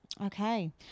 okay